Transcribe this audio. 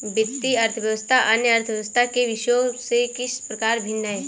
वित्तीय अर्थशास्त्र अन्य अर्थशास्त्र के विषयों से किस प्रकार भिन्न है?